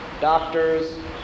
doctors